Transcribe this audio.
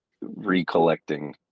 recollecting